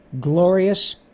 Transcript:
glorious